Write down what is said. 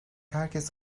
herkes